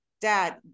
dad